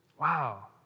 Wow